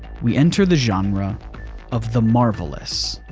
we enter the genre of the marvelous.